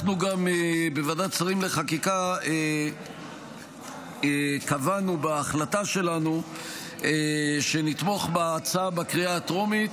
בוועדת שרים לחקיקה קבענו בהחלטה שלנו שנתמוך בהצעה בקריאה הטרומית,